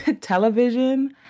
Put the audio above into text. television